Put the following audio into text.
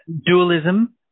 dualism